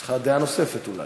יש לך דעה נוספת, אולי.